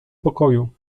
pokoju